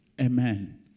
Amen